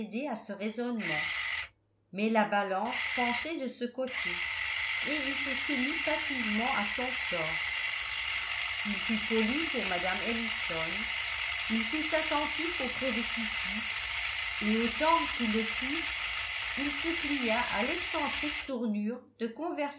à ce raisonnement mais la balance penchait de ce côté et il se soumit passivement à son sort il fut poli pour mme ellison il fut attentif auprès de kitty et autant qu'il le put il se plia à l'excentrique tournure de